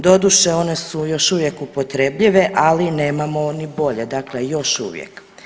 Doduše one su još uvijek upotrebljive ali nemamo ni bolje, dakle još uvijek.